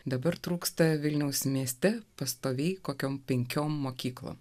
dabar trūksta vilniaus mieste pastoviai kokiom penkiom mokyklų